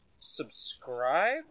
Subscribe